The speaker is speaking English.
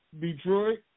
Detroit